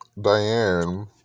Diane